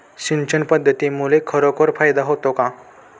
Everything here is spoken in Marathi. सिंचन पद्धतीमुळे खरोखर फायदा होतो का?